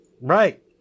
Right